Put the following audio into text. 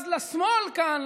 אז לשמאל כאן,